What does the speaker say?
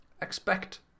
expect